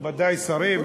מכובדי השרים,